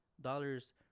dollars